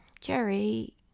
Jerry